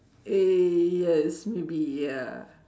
eh yes maybe ya